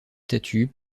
statues